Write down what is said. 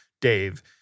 Dave